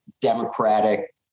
Democratic